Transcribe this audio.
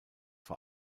vor